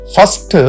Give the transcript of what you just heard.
First